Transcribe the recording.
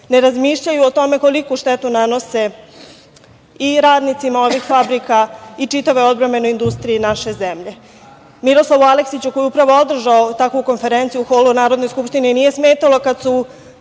Ne razmišljaju o tome koliku štetu nanose i radnicima ovih fabrika i čitavoj odbrambenoj industriji naše zemlje. Miroslavu Aleksiću, koji je upravo održao takvu konferenciju u holu Narodne skupštine, nije smetalo kada su